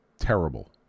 terrible